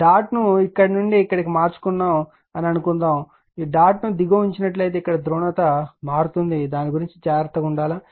dot ను ఇక్కడి నుండి ఇక్కడికి మార్చుకున్నాము అని అనుకుందాండాట్ ను దిగువ ఉంచినట్లయితే ఇక్కడ ధ్రువణత మారుతుంది దాని గురించి జాగ్రత్తగా ఉండాలి